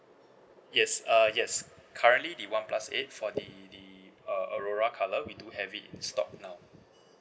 yes uh yes currently the one plus eight for the the uh aurora colour we do have it in stock now